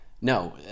No